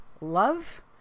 love